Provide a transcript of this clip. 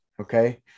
okay